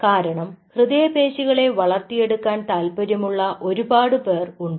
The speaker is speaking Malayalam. കാരണം ഹൃദയപേശികളെ വളർത്തിയെടുക്കാൻ താല്പര്യമുള്ള ഒരുപാട് പേർ ഉണ്ട്